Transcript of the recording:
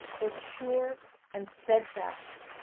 both sure and stedfast,